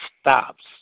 stops